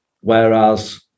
whereas